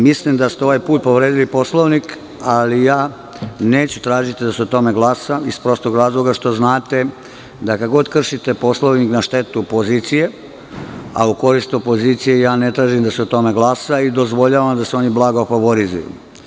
Mislim da ste ovaj put povredili Poslovnik, ali neću tražiti da se o tome glasa iz prostog razloga što znate kada god kršite Poslovnik po štetu pozicije, a u korist opozicije ne tražim da se o tome glasa i dozvoljavam da se oni blago favorizuju.